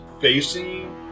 facing